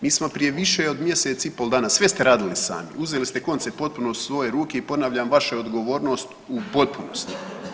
Mi smo prije više od mjesec i pol dana, sve ste radili sami, uzeli konce potpuno u svoje ruke i ponavljam vaša je odgovornost u potpunosti.